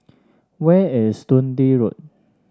where is Dundee Road